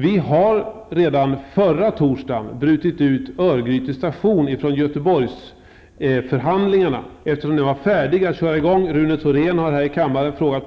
Vi har redan förra torsdagen brutit ut Örgryte station från Rune Thorén har flera gånger tidigare här i kammaren frågat